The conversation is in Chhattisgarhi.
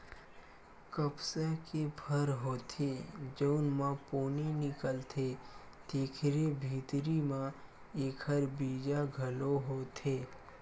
कपसा के फर होथे जउन म पोनी निकलथे तेखरे भीतरी म एखर बीजा घलो होथे